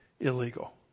illegal